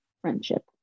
friendship